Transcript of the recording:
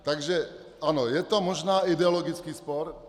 Takže ano, je to možná ideologický spor.